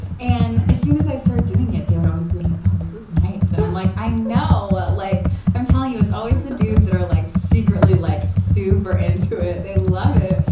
and as soon as i started doing it, they would always be like, oh, this is nice. and i'm like, i know! ah like i'm telling you, it's always the dudes who are like secretly like super into it. they love it.